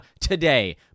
today